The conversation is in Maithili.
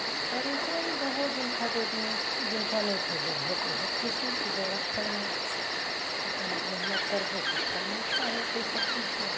पड़ोसोमे दहो जिनका दैके नहि जिनका नहि छै देबहो तऽ बहुत खुशी कि देलक फल्लाँ तनि मेहनति करबहो तऽ फल मीठा होइ छै सबचीजके